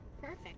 Perfect